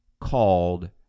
called